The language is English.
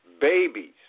Babies